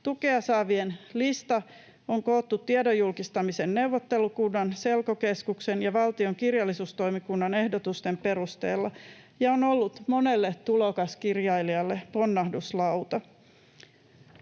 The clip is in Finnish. Tukea saavien lista on koottu tiedonjulkistamisen neuvottelukunnan, Selkokeskuksen ja valtion kirjallisuustoimikunnan ehdotusten perusteella ja on ollut monelle tulokaskirjailijalle ponnahduslauta.